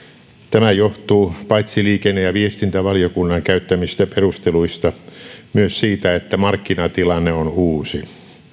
tämä johtuu paitsi liikenne ja viestintävaliokunnan käyttämistä perusteluista myös siitä että markkinatilanne on uusi